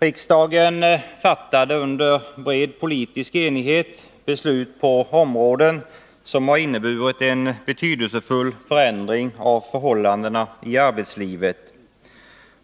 Riksdagen fattade under bred politisk enighet beslut på områden som har inneburit betydelsefulla förändringar av förhållandena i arbetslivet.